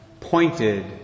pointed